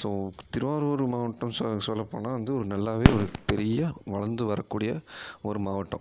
so Thiruvarur மாவட்டம் சொல்ல போனால் வந்து நல்லாவே ஒரு பெரிய வளர்ந்து வரக்கூடிய ஒரு மாவட்டம்